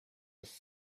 was